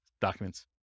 documents